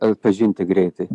atpažinti greitai